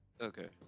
okay